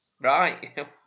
Right